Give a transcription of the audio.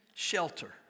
shelter